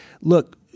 look –